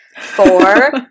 Four